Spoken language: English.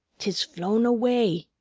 tis flown away,